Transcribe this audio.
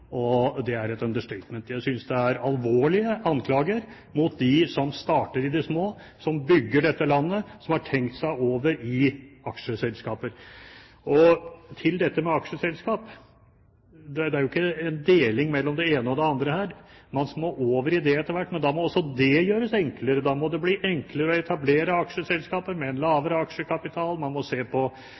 Det er et understatement. Jeg synes det er alvorlige anklager mot dem som starter i det små, som bygger dette landet, og som har tenkt seg over i aksjeselskaper. Til dette med aksjeselskap: Det er jo ikke en deling mellom det ene og det andre. Man må over i det etter hvert, men da må også det gjøres enklere. Da må det bli enklere å etablere aksjeselskaper, med en lavere aksjekapital, man må se på